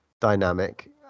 dynamic